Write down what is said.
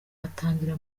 atangira